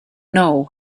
know